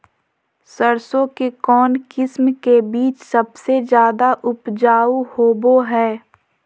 सरसों के कौन किस्म के बीच सबसे ज्यादा उपजाऊ होबो हय?